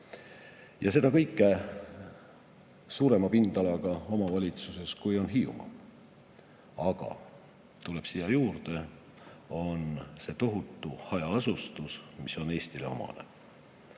Ja seda kõike suurema pindalaga omavalitsuses, kui on Hiiumaa. Aga siia tuleb juurde lisada: meil on see tohutu hajaasustus, mis on Eestile omane.